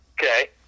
Okay